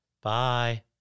Bye